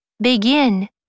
begin